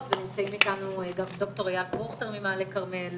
ונמצאים איתנו גם ד"ר איל פרוכטר ממעלה כרמל